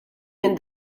minn